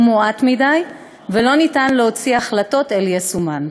מועט מדי ולא ניתן להביא החלטות ליישומן.